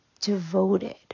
devoted